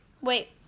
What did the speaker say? Wait